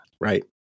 right